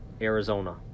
Arizona